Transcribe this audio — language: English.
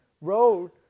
road